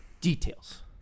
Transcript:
details